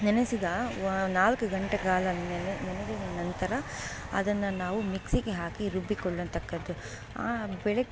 ನೆನೆಸಿದ ವ ನಾಲ್ಕು ಗಂಟೆ ಕಾಲ ನೆನೆ ನೆನೆದ ನಂತರ ಅದನ್ನು ನಾವು ಮಿಕ್ಸಿಗೆ ಹಾಕಿ ರುಬ್ಬಿಕೊಳ್ಳತಕ್ಕದ್ದು ಆ ಬೆಳಿಗ್ಗೆ